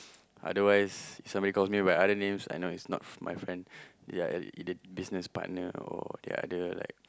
otherwise if someone calls me by other names I know it's not my friend ya business partner or the other like